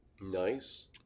Nice